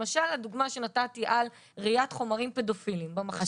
למשל הדוגמא שנתתי על ראיית חומרים פדופילים במחשב.